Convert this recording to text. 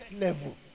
level